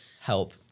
help